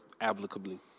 applicably